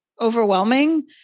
overwhelming